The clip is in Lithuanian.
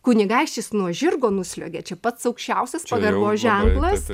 kunigaikštis nuo žirgo nusliuogė čia pats aukščiausias pagarbos ženklas